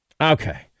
Okay